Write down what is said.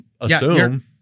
assume